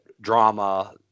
drama